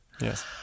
Yes